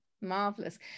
marvelous